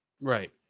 Right